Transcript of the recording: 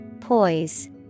Poise